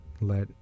let